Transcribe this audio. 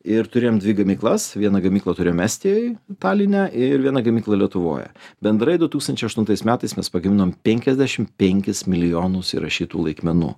ir turėjom dvi gamyklas vieną gamyklą turėjom estijoj taline ir vieną gamyklą lietuvoj bendrai du tūkstančiai aštuntais metais mes pagaminom penkiasdešimt penkis milijonus įrašytų laikmenų